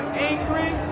angry,